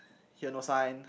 here no sign